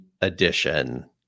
edition